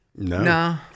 No